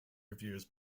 reviews